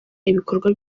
ibikorwa